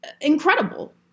incredible